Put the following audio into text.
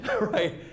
right